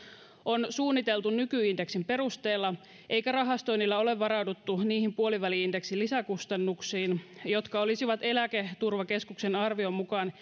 on suunniteltu nykyindeksin perusteella eikä rahastoinnila ole varauduttu niihin puoliväli indeksin lisäkustannuksiin jotka olisivat eläketurvakeskuksen arvion mukaan